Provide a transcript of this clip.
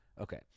Okay